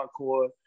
hardcore